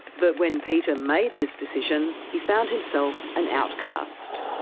but when peter made this decision, he found himself an outcast.